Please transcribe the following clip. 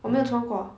我没有穿过